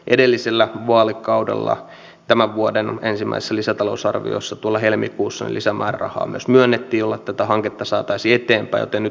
jos olisi menty niin kuin vasemmistoliitto olisi halunnut niin tämän käsittelyn aikataulu ja muoto olisivat olleet aivan toisenlaiset